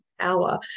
power